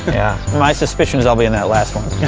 yeah, my suspicion is i'll be in that last one.